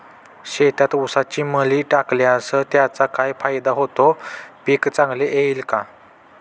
शेतात ऊसाची मळी टाकल्यास त्याचा काय फायदा होतो, पीक चांगले येईल का?